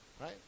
Right